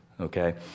Okay